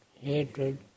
hatred